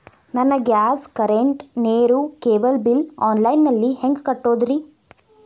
ನನ್ನ gas, current, ನೇರು, cable bill online ನಲ್ಲಿ ಹೆಂಗ್ ಕಟ್ಟೋದ್ರಿ?